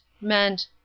meant